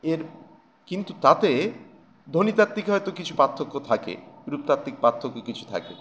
এর কিন্তু তাতে ধ্বনি ত্বাত্বিক হয়তো কিছু পার্থক্য থাকে রুপতাত্বিক পার্থক্য কিছু থাকে